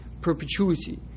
perpetuity